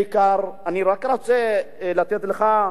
בעיקר, אני רק רוצה לתת לך,